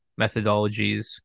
methodologies